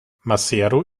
maseru